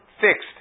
fixed